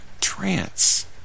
trance